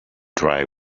dry